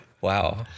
Wow